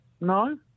No